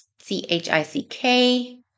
C-H-I-C-K